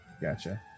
gotcha